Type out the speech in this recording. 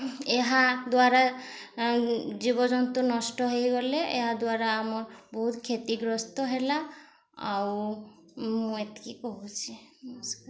ଏହାଦ୍ଵାରା ଜୀବଜନ୍ତୁ ନଷ୍ଟ ହେଇଗଲେ ଏହା ଦ୍ୱାରା ଆମର୍ ବହୁତ କ୍ଷତିଗ୍ରସ୍ତ ହେଲା ଆଉ ମୁଁ ଏତିକି କହୁଛି